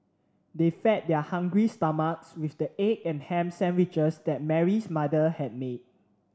they fed their hungry stomachs with the egg and ham sandwiches that Mary's mother had made